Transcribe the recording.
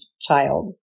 child